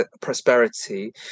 prosperity